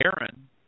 Aaron